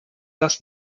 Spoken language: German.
das